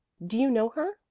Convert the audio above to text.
do you know her?